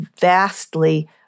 vastly